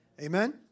Amen